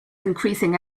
increasing